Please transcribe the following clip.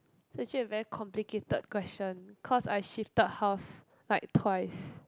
is actually a very complicated question cause I shifted house like twice